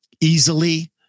easily